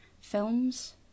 films